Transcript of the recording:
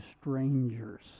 strangers